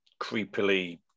creepily